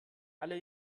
alle